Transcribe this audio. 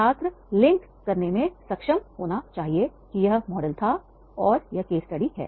छात्र लिंक करने में सक्षम होना चाहिए कि यह मॉडल था और यह केस स्टडी है